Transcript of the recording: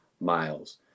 miles